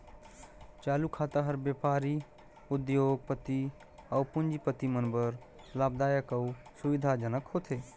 चालू खाता हर बेपारी, उद्योग, पति अउ पूंजीपति मन बर लाभदायक अउ सुबिधा जनक होथे